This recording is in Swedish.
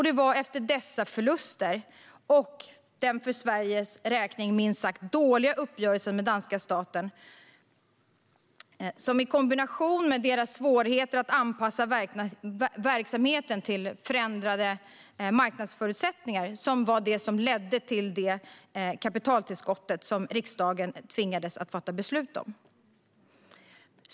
Det var dessa förluster och den för Sveriges räkning minst sagt dåliga uppgörelsen med danska staten som i kombination med deras svårigheter att anpassa verksamheten till förändrade marknadsförutsättningar ledde till det kapitaltillskott som riksdagen tvingades fatta beslut om.